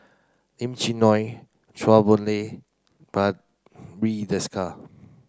Lim Chee Onn Chua Boon Lay Barry Desker